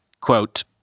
Quote